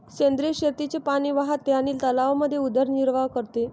सेंद्रिय शेतीचे पाणी वाहते आणि तलावांमध्ये उदरनिर्वाह करते